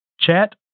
Chat